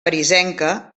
parisenca